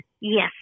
Yes